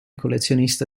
collezionista